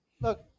Look